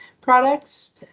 products